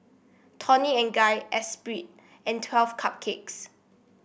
Toni and Guy Esprit and Twelve Cupcakes